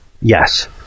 Yes